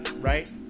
right